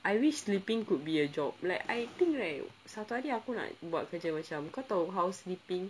I wish sleeping could be a job like I think like satu hari aku nak buat kerja macam kau tahu house sleeping